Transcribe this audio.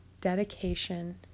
dedication